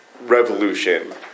revolution